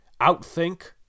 outthink